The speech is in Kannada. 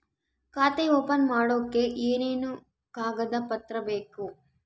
ಖಾತೆ ಓಪನ್ ಮಾಡಕ್ಕೆ ಏನೇನು ಕಾಗದ ಪತ್ರ ಬೇಕು?